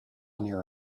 near